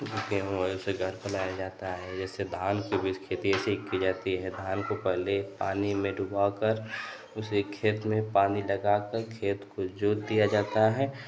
गेहूँ वैसे घर पर लाया जाता है जैसे धान के बीज की खेती वैसे ही की जाती है धान को पहले पानी में डूबा कर उसे खेत में पानी लगा कर खेत को जोत दिया जाता है